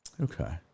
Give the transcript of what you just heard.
okay